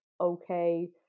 okay